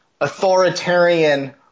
authoritarian